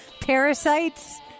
Parasites